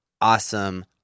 awesome